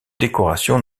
décoration